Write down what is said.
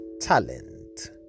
talent